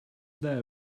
there